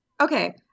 Okay